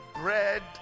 bread